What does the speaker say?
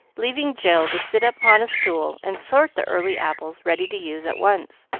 leaving jill to sit upon a stool and sort the early apples ready to use at once,